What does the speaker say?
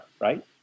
right